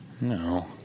No